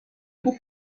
گفت